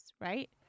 right